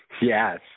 Yes